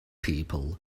people